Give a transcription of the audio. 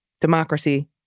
Democracy